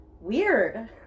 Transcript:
Weird